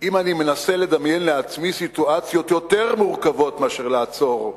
אם אני מנסה לדמיין לעצמי סיטואציות יותר מורכבות מאשר לעצור ספינה,